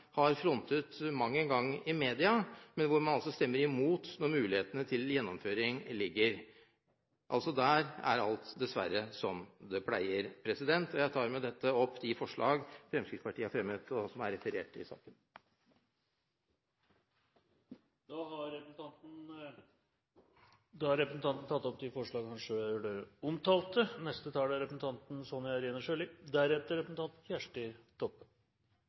har frontet i media, men hvor man stemmer imot når muligheten til gjennomføring ligger der, så der er alt dessverre som det pleier. Jeg tar med dette opp de forslag som Fremskrittspartiet er medforslagsstiller til, og som er referert i saken. Representanten Per Arne Olsen har tatt opp de forslag han refererte til. Høyre er